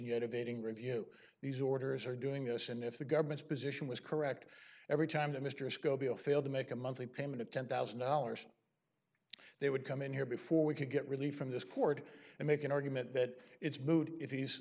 evading review these orders or doing this and if the government's position was correct every time that mr scobell failed to make a monthly payment of ten thousand dollars they would come in here before we could get relief from this court and make an argument that it's moot if he's